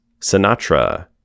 Sinatra